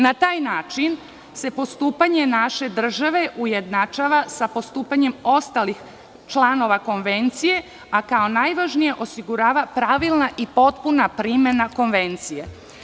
Na taj način se postupanje naše države ujednačava sa postupanjem ostalih članova Konvencije, a kao najvažnije, osigurava pravilna i potpuna primena Konvencije.